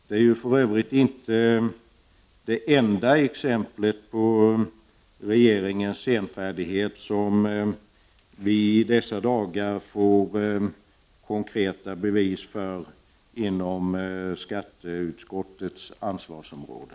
Det är ju för övrigt inte det enda exemplet på regeringens senfärdighet som vi i dessa dagar får inom skatteutskottets ansvarsområde.